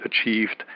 achieved